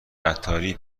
عطاری